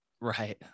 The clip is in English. right